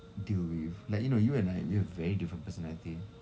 deal with like you know you and I we have very different personalities